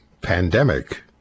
pandemic